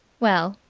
well,